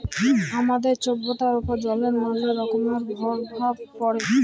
আমাদের ছভ্যতার উপর জলের ম্যালা রকমের পরভাব পড়ে